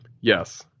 Yes